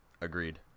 agreed